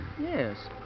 Yes